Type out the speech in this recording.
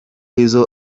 weasel